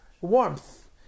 warmth